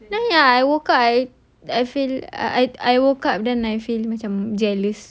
nine ah I woke I I feel I I woke up then I feel macam jealous